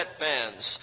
fans